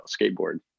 skateboard